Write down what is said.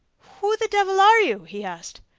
who the devil are you? he asked.